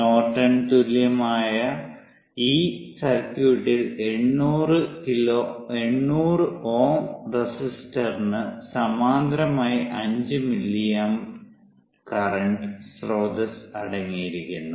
Norton തുല്യമായ ഈ സർക്യൂട്ടിൽ 800 Ω റെസിസ്റ്ററിന് സമാന്തരമായി 5 മില്ലിയാമ്പ് കറന്റ് സ്രോതസ്സ് അടങ്ങിയിരിക്കുന്നു